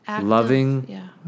loving